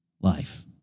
life